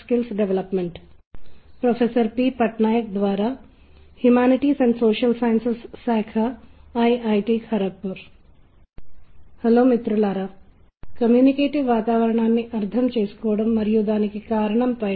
ఇప్పటి వరకు మనం ప్రదర్శన మరియు ప్రదర్శన నైపుణ్యాల యొక్క విభిన్న కోణాలను పూర్తి చేసాము ప్రత్యేకించి నైపుణ్యాల ప్రదర్శన యొక్క దృశ్యమాన కోణాన్ని పూర్తి చేసాము అయితే చివరికి అది చాలా బాగా అవగాహన లోకి వచ్చిందా లేదా రాలేదా గుర్తించడం కూడా చాలా ముఖ్యం కానీ నేను మిమ్మల్ని అది అవగాహన తీసుకువెళుతుందని భావిస్తున్నాను